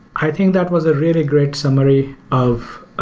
i think that was a really great summary of